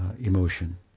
emotion